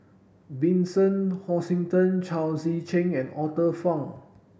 Vincent Hoisington Chao Tzee Cheng and Arthur Fong